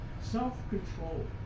self-control